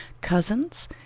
Cousins